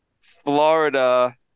Florida